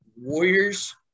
Warriors